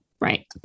Right